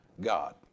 God